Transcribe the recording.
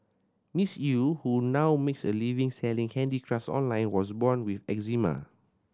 Miss Eu who now makes a living selling handicraft online was born with eczema